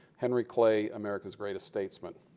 henry clay, america's greatest statesman.